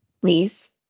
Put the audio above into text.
Please